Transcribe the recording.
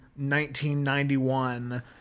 1991